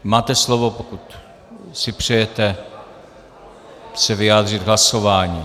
Máte slovo, pokud si přejete se vyjádřit v hlasování.